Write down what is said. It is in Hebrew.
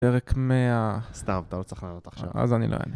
פרק 100...סתם, אתה לא צריך לענות עכשיו אז אני לא אענה